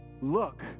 Look